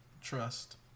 Trust